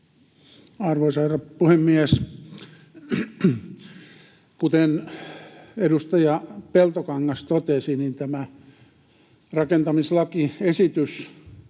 Arvoisa herra puhemies! Kuten edustaja Peltokangas totesi, tämä rakentamislakiesitys